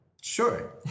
Sure